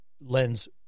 lens